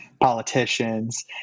politicians